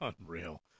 unreal